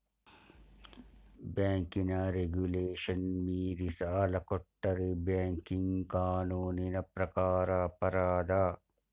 ಬ್ಯಾಂಕಿನ ರೆಗುಲೇಶನ್ ಮೀರಿ ಸಾಲ ಕೊಟ್ಟರೆ ಬ್ಯಾಂಕಿಂಗ್ ಕಾನೂನಿನ ಪ್ರಕಾರ ಅಪರಾಧ